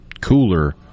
cooler